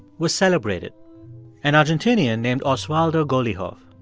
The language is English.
was celebrated an argentinian named ah so osvaldo golijov.